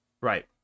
right